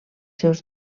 seus